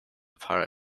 para